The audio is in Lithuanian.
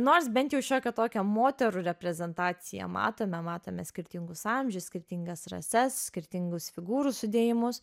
nors bent jau šiokią tokią moterų reprezentaciją matome matome skirtingus amžius skirtingas rases skirtingus figūrų sudėjimus